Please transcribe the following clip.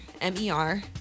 M-E-R